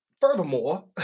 furthermore